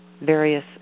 various